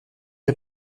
est